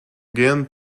again